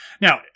Now